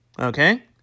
Okay